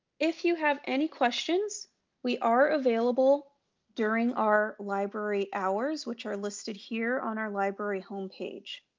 if you have any questions we are available during our library hours which are listed here on our library homepage.